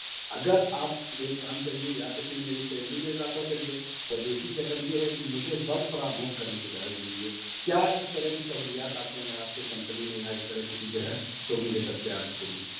اگر آپ ایک کام کریے یا تو پھر میری سیلری میں اضافہ کریے یا دوسری شکل یہ ہے کہ مجھے ورک فرام ہوم کرنے کی اجازت دیجیے کیا اس طرح کی سہولیات آپ کے آپ کے کمپنی میں یا اس طرح کی چیزیں ہیں تو مجھے دستیاب کریے